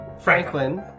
Franklin